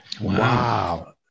Wow